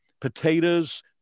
potatoes